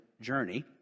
journey